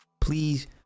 please